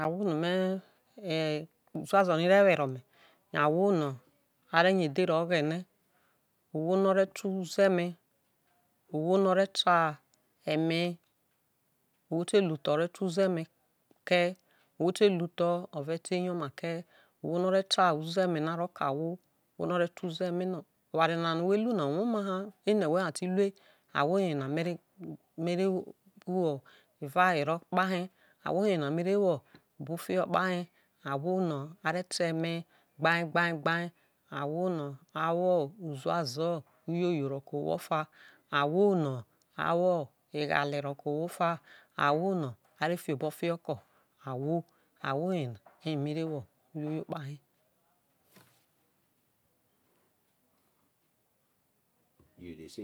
Ahwo no̠ uzuezo ri re̠ were ome̠ ahwo no a re nya edhere o̠ghe̠ne̠, ohwo no o̠re̠ ta uzue̠me ohwo no ore ta ohwo fe lu tho̠ ore ta uzueme ke̠ e ohwo te lu tho̠ o̠re̠ ta eyona ke, owho no̠ o̠re̠ ta uzo e̠me na ro̠ ke̠ ahwo, ohwo ote lu tho̠ o̠re̠ ta no̠ oware no̠ whe lu na uwoma haha, ene̠ whe̠ ha ti lue ahwo ye na me̠re̠ wo evawero kpahe ahwo ye na mere wo obo̠ ufiho kpahe ahwo no̠ ere̠ ta e̠me gbae gbae gbae ahwo no̠ awo uzuazo uyoyo ro̠ ke̠ ahwo ofa ahwo no̠ awo eghale ro̠ke̠ ahwo fa, ahwo no̠ are fi obo fioho ro̠ke ahwo ahwo ahwo yo na mere wo uyoyo kpahe